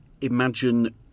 Imagine